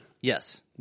Yes